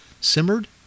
simmered